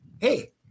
Hey